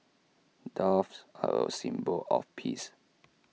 doves are A symbol of peace